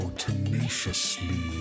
tenaciously